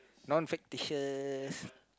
non fictitious